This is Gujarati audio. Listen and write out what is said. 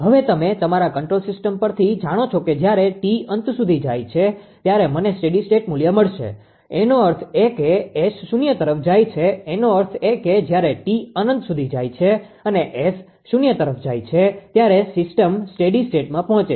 હવે તમે તમારા કન્ટ્રોલ સિસ્ટમ પરથી જાણો છો કે જ્યારે t અનંત સુધી જાય છે ત્યારે મને સ્ટેડી સ્ટેટ મૂલ્ય મળશે એનો અર્થ એ કે S શૂન્ય તરફ જાય છે એનો અર્થ એ કે જયારે t અનંત સુધી જાય છે અને S શૂન્ય તરફ જાય છે ત્યારે સિસ્ટમ સ્ટેડી સ્ટેટમાં પહોંચે છે